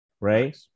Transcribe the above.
right